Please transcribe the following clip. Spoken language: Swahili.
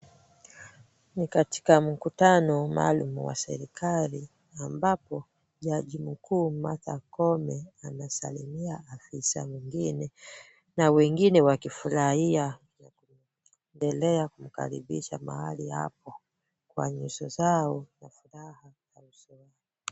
Ni katika mkutano maalum wa serikali ambapo jaji mkuu Martha Koome anasalimia afisa mwingine na wengine wakifurahia na kuendelea kumkaribisha mahali hapo kwa nyuso zao za furaha na usalama.